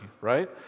right